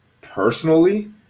personally